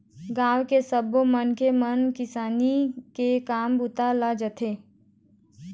गाँव के सब्बो मनखे मन किसानी के काम बूता ल जानथे